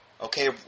okay